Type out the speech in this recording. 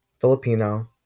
Filipino